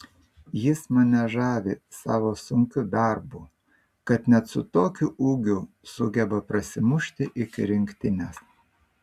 jis mane žavi savo sunkiu darbu kad net su tokiu ūgiu sugeba prasimušti iki rinktinės